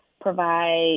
provide